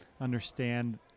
understand